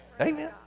Amen